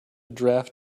draft